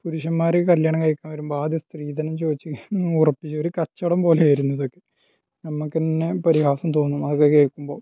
പുരുഷന്മാർ കല്യാണം കഴിക്കാൻ വരുമ്പോൾ ആദ്യം സ്ത്രീധനം ചോദിച്ച് ഉറപ്പിച്ച് ഒരു കച്ചവടം പോലെ ആയിരുന്നു ഇത് നമ്മൾക്ക് തന്നെ പരിഹാസം തോന്നും അത് കേൾക്കുമ്പോൾ